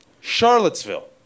Charlottesville